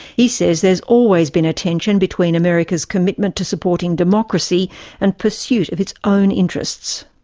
he says there's always been a tension between america's commitment to supporting democracy and pursuit of its own interests.